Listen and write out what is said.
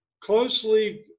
closely